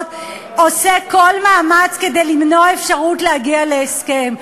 עושה כל מאמץ כדי למנוע אפשרות להגיע להסכם,